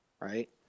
right